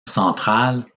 centrale